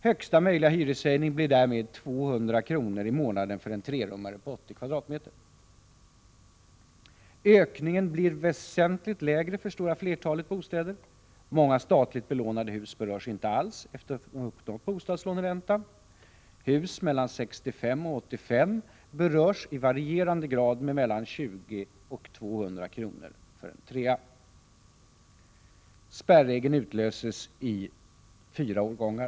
Högsta möjliga hyreshöjning blir därmed 200 kr. i månaden för en trerummare på 80 kvadratmeter. Ökningen blir väsentligt lägre för det stora flertalet bostäder. Många statligt belånade hus berörs inte alls, eftersom de uppnått bostadslåneränta. Hus byggda mellan 1965 och 1985 berörs i varierande grad med mellan 20 och 200 kr. för en trea. Spärregeln utlöses i fyra årgångar.